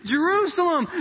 Jerusalem